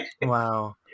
wow